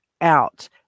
out